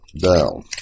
down